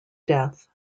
death